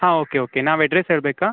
ಹಾಂ okay okay ನಾವು address ಹೇಳ್ಬೇಕಾ